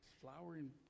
flowering